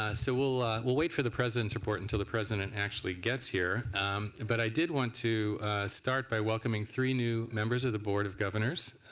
ah so we will wait for the president's report until the president actually gets here but i did want to start by welcoming three new members of the board of governors.